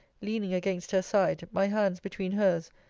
leaning against her side, my hands between hers,